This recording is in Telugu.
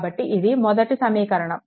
కాబట్టి ఇది మొదటి సమీకరణం